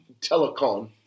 Telecom